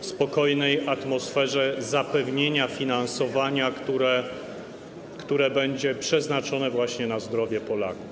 w spokojnej atmosferze zapewnienia finansowania, które będzie przeznaczone właśnie na zdrowie Polaków.